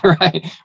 right